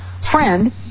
friend